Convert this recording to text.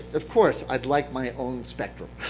of course, i'd like my own spectrum.